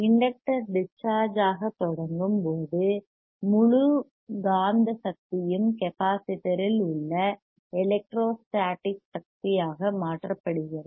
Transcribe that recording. inductor discharge ஆக தொடங்கும் போது முழு காந்த மக்நெடிக் சக்தியும் கெப்பாசிட்டர் இல் உள்ள எலெக்ட்ரோஸ்டாடிக் சக்தி ஆக மாற்றப்படுகிறது